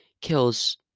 kills